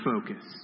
focus